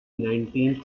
nineteenth